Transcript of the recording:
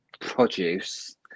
produce